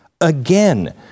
Again